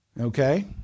Okay